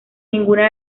ninguna